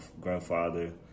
grandfather